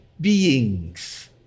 beings